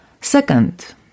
Second